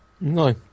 No